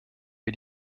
wir